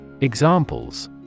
Examples